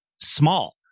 small